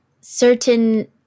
certain